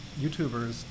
YouTubers